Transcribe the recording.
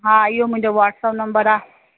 हा इहो मुंहिंजो वॉट्सअप नंबर आहे